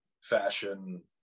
fashion